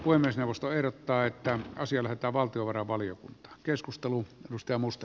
puhemiesneuvosto ehdottaa että asia lähetetään valtiovarainvaliokuntaan